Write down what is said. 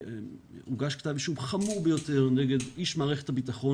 הוגש כתב אישום חמור ביותר נגד איש מערכת הביטחון